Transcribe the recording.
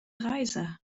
reise